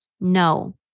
No